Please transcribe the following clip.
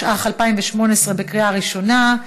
התשע"ח 2018, בקריאה ראשונה.